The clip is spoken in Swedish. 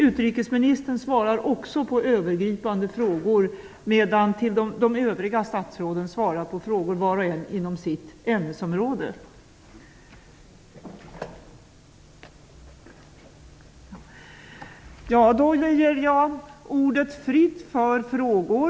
Utrikesministern svarar också på övergripande frågor medan de övriga statsråden svarar på frågor var och en inom sitt ämnesområde. Då ger jag ordet fritt för frågor.